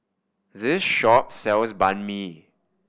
this shop sells Banh Mi